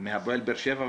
מהפועל באר שבע.